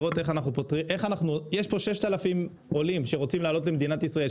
יש 6,000 עולים שרוצים לעלות למדינת ישראל.